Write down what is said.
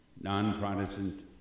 non-Protestant